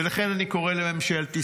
ולכן אני קורא לממשלת ישראל,